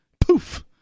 Poof